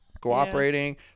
Cooperating